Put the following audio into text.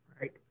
right